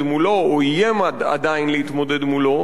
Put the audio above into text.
מולו או איים עדיין להתמודד מולו.